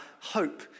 hope